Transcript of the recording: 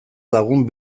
lagun